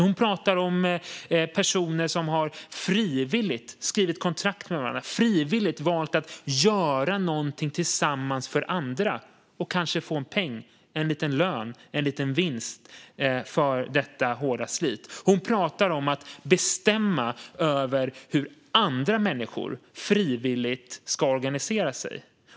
Hon pratar om personer som har skrivit kontrakt med varandra och frivilligt valt att göra någonting tillsammans för andra och kanske få en peng, en liten lön, en liten vinst för detta hårda slit. Hon pratar om att bestämma över hur andra människor frivilligt ska organisera sig.